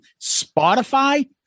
Spotify